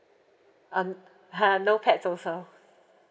um no pets also